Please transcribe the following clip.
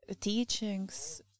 teachings